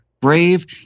brave